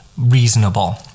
reasonable